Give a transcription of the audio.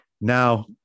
Now